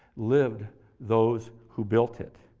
lived those who built it?